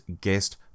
guest